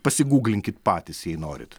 pasiguglinkit patys jei norit